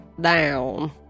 down